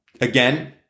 Again